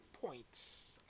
points